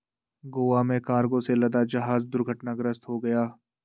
गोवा में कार्गो से लदा जहाज दुर्घटनाग्रस्त हो गया